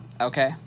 okay